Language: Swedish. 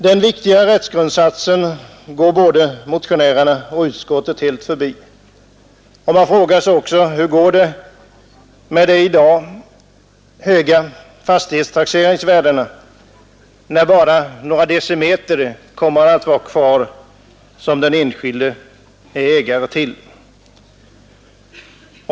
Den viktiga rättsgrundsatsen går både motionärerna och utskottet helt förbi, och man frågar sig också hur det blir med de i dag höga fastighetstaxeringsvärdena, när bara några decimeter kommer att vara kvar av det som den enskilde är ägare till.